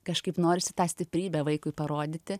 kažkaip norisi tą stiprybę vaikui parodyti